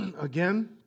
Again